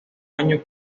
año